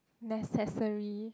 necessary